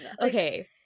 okay